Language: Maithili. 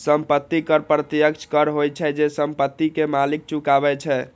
संपत्ति कर प्रत्यक्ष कर होइ छै, जे संपत्ति के मालिक चुकाबै छै